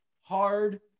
hard